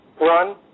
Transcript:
run